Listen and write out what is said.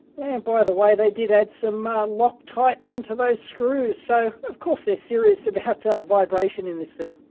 and by the way, they did add some ah loctite onto those screws. so of course they're serious about ah vibration in this thing.